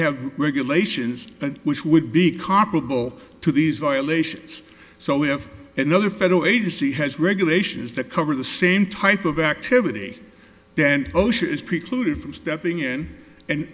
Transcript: have regulations which would be comparable to these violations so we have another federal agency has regulations that cover the same type of activity then osha is precluded from stepping in and